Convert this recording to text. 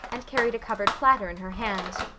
and carried a covered platter in her hand.